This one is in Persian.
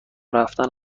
رفتن